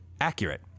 accurate